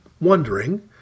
wondering